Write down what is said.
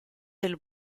del